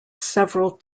several